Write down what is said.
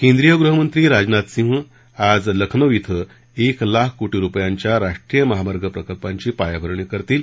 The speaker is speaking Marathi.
केंद्रीय गृहमंत्री राजनाथ सिंह आज लखनो इथं एक लाख कोटी रुपयाच्या राष्ट्रीय महामार्ग प्रकल्पाची पायाभरणी करतील